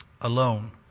alone